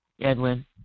Edwin